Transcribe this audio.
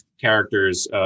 characters